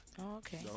Okay